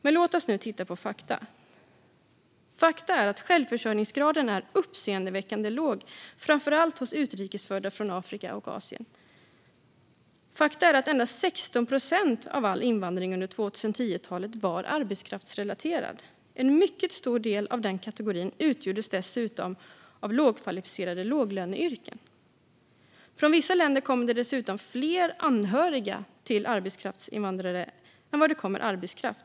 Men låt oss nu titta på fakta: Självförsörjningsgraden är uppseendeväckande låg, framför allt hos utrikes födda från Afrika och Asien. Endast 16 procent av all invandring under 2010-talet var arbetskraftsrelaterad. En mycket stor del av den kategorin utgjordes dessutom av lågkvalificerade låglöneyrken. Från vissa länder kom det dessutom fler anhöriga till arbetskraftsinvandrare än vad det kom arbetskraft.